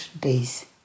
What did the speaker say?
days